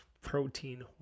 protein